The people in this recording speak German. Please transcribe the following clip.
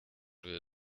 wir